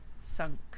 sunk